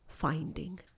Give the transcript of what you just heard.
finding